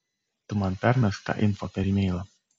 tu man permesk tą info per imeilą